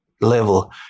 level